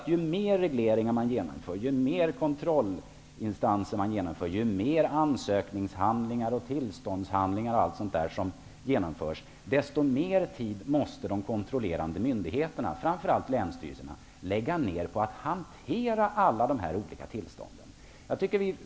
Ju mer regleringar, kontrollinstanser, ansökningsoch tillståndshandlingar som införs, desto mer tid måste de kontrollerande myndigheterna -- framför allt länsstyrelserna -- lägga ner på att hantera allt detta.